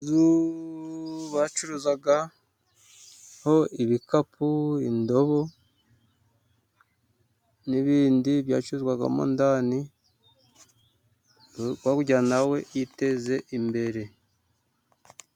Bacuruzagaho ibikapu, indobo n'ibindi byacuruzwagamo idani kugirango nawe yiteze imbere.